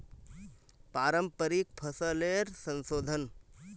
पारंपरिक फसलेर संशोधन